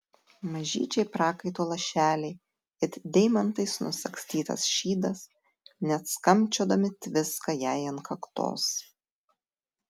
mažyčiai prakaito lašeliai it deimantais nusagstytas šydas net skambčiodami tviska jai ant kaktos